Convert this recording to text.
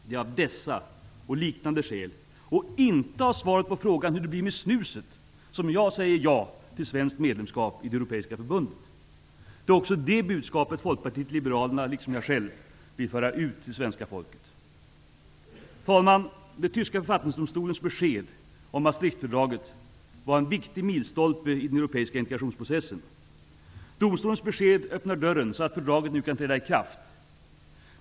Det är av dessa och liknande skäl, och inte av svaret på frågan hur det blir med snuset, som jag säger ja till svenskt medlemskap i det europeiska förbundet. Det är också det budskapet Folkpartiet liberalerna liksom jag själv vill föra ut till svenska folket. Herr talman! Den tyska författningsdomstolens besked om Maastrichtfördraget var en viktig milstolpe i den europeiska integrationsprocessen. Domstolens besked öppnar dörren så att fördraget nu kan träda i kraft.